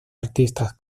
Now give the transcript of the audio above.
artistas